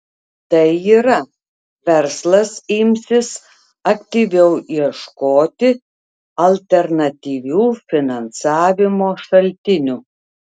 tai yra verslas imsis aktyviau ieškoti alternatyvių finansavimo šaltinių